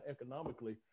economically